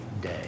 day